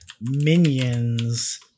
Minions